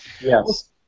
Yes